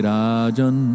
Rajan